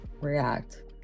react